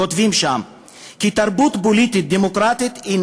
כותבים כי תרבות פוליטית דמוקרטית היא